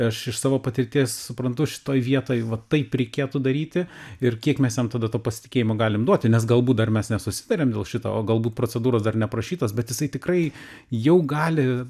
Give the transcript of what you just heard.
aš iš savo patirties suprantu šitoj vietoj va taip reikėtų daryti ir kiek mes jam tada to pasitikėjimo galim duoti nes galbūt dar mes nesusitarėm o galbūt procedūros dar neparašytos bet jisai tikrai jau gali